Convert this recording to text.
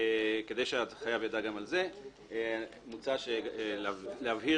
כדי שהחייב יידע גם על זה מוצע להבהיר